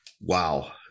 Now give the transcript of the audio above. wow